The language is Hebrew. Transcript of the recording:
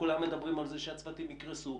כולם מדברים על זה שהצוותים יקרסו.